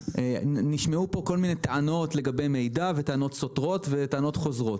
נשמעו פה כל מיני טענות לגבי מידע ולגבי טענות סותרות וטענות חוזרות.